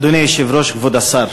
אדוני היושב-ראש, כבוד השר,